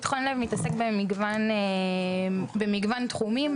אבל בשביל זה צריך לעשות מאמצים בתחום של